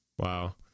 Wow